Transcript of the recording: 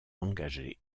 engagés